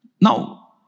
Now